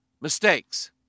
mistakes